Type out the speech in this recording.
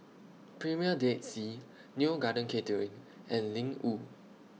Premier Dead Sea Neo Garden Catering and Ling Wu